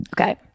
okay